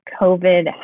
COVID